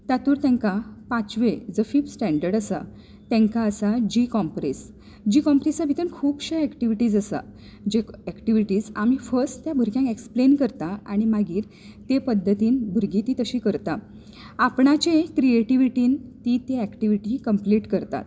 तातूंत तांकां पांचवें जो फिफ्थ स्टॅण्डर्ड आसा तांकां आसा जी कॉम्प्रेस जी कॉम्प्रेसा भितर खुबशे एक्टिविटीज आसात ज्यो एक्टिविटीज आमी फर्स्ट त्या भुरग्यांक एक्स्प्लेन करतात आनी मागीर ते पद्दतीन भुरगीं तीं तशीं करता आपणाचे क्रियेटिवीटीन तीं ते एक्टिविटी कंम्पलीट करतात